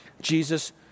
Jesus